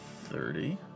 thirty